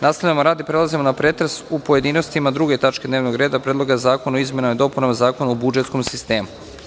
Nastavljamo rad i prelazimo na pretres u pojedinostima 2. tačke dnevnog reda – PREDLOG ZAKONA O IZMENAMA I DOPUNAMA ZAKONA O BUDžETSKOM SISTEMU.